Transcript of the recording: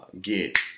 get